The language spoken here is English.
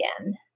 again